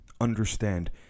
understand